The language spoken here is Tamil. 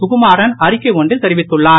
சுகுமாறன் அறிக்கை ஒன்றில் தெரிவித்துள்ளார்